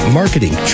marketing